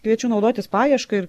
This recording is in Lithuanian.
kviečiu naudotis paieška ir